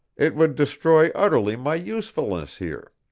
it would destroy utterly my usefulness here.